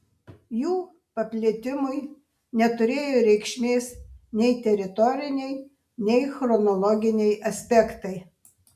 jų paplitimui neturėjo reikšmės nei teritoriniai nei chronologiniai aspektai